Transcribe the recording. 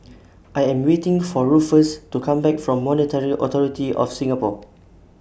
I Am waiting For Ruffus to Come Back from Monetary Authority of Singapore